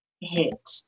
hit